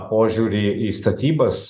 požiūrį į statybas